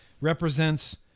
represents